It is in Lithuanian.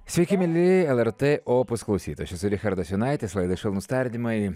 sveiki mieli lrt opus klausytojai aš esu richardas jonaitis laida švelnūs tardymai